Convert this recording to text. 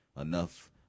enough